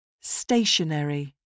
Stationary